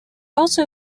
also